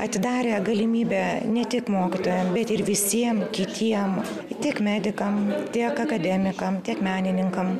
atidarė galimybę ne tik mokytojam bet ir visiem kitiem tiek medikam tiek akademikam tiek menininkam